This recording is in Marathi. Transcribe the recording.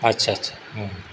अच्छा अच्छा